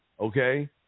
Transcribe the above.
okay